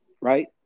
right